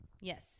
Yes